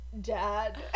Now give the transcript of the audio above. Dad